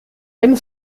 einen